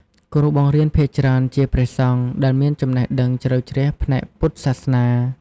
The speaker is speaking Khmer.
គ្រូបង្រៀនភាគច្រើនជាព្រះសង្ឃដែលមានចំណេះដឹងជ្រៅជ្រះផ្នែកពុទ្ធសាសនា។